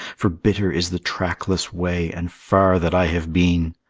for bitter is the trackless way and far that i have been!